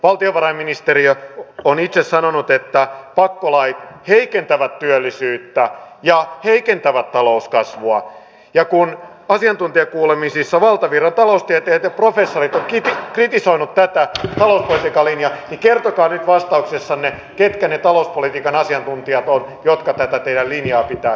valtiovarainministeriö on itse sanonut että pakkolait heikentävät työllisyyttä ja heikentävät talouskasvua ja kun asiantuntijakuulemisissa valtavirran taloustieteilijät ja professorit ovat kritisoineet tätä talouspolitiikan linjaa niin kertokaa nyt vastauksessanne ketkä ne talouspolitiikan asiantuntijat ovat jotka tätä teidän linjaanne pitävät hyvänä